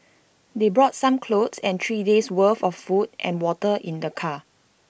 they brought some clothes and three days' worth of food and water in their car